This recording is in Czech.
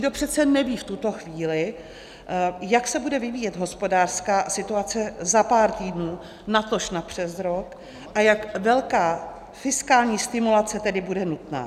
Nikdo přece neví v tuto chvíli, jak se bude vyvíjet hospodářská situace za pár týdnů, natož napřesrok, a jak velká fiskální stimulace tedy bude nutná.